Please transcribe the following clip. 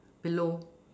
below